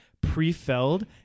pre-filled